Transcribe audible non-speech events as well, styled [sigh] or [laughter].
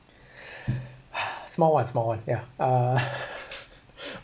small one small one ya uh [laughs]